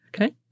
Okay